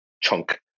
chunk